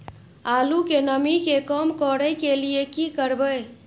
आलू के नमी के कम करय के लिये की करबै?